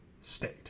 state